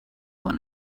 one